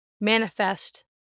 manifest